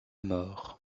mort